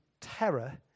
terror